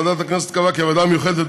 ועדת הכנסת קבעה כי הוועדה המיוחדת